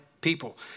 people